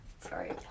Sorry